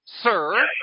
Sir